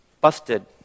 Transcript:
Busted